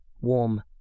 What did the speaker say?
warm